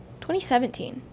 2017